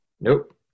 Nope